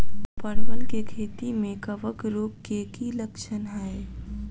परवल केँ खेती मे कवक रोग केँ की लक्षण हाय?